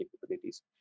capabilities